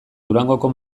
durangoko